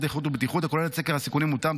איכות ובטיחות הכוללת סקר סיכונים מותאם,